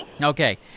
Okay